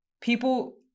people